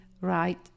right